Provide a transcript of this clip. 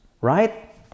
right